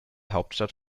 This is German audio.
hauptstadt